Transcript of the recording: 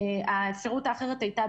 והאפשרות האחרת היתה,